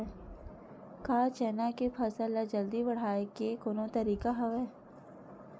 का चना के फसल ल जल्दी बढ़ाये के कोनो तरीका हवय?